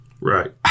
Right